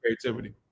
creativity